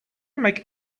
make